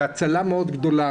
בהצלה מאוד גדולה,